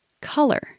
color